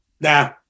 nah